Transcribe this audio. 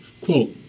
Quote